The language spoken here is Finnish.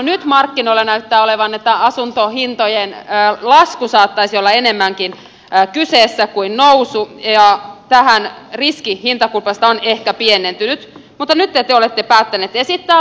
nyt markkinoilla näyttää olevan niin että saattaisi olla enemmänkin kyseessä asuntohintojen lasku kuin nousu ja riski hintakuplasta on ehkä pienentynyt mutta nytten te olette päättänyt esittää lainakattoa